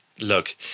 Look